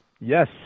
Yes